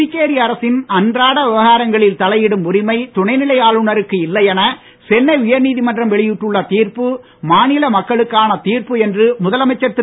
புதுச்சேரி அரசின் அன்றாட விவகாரங்களில் தலையிடும் உரிமை துணைநிலை ஆளுநருக்கு இல்லை என சென்னை உயர்நீதிமன்றம் வெளியிட்டுள்ள தீர்ப்பு மாநில மக்களுக்கான தீர்ப்பு என்று முதலமைச்சர் திரு